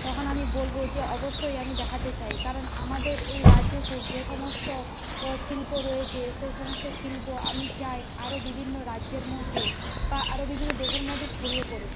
তখন আমি বলব যে অবশ্যই আমি দেখাতে চাই কারণ আমাদের এই রাজ্যে সে যে সমস্ত ও শিল্প রয়েছে সেই সমস্ত শিল্প আমি চাই আরও বিভিন্ন রাজ্যের মধ্যে বা আরও বিভিন্ন দেশের মধ্যে ছড়িয়ে পড়ুক